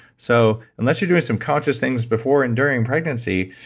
so unless you're doing some conscious things before and during pregnancy,